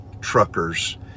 truckers